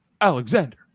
Alexander